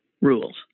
rules